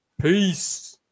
Peace